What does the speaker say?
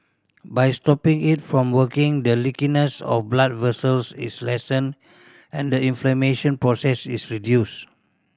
by stopping it from working the leakiness of blood vessels is lessened and the inflammation process is reduce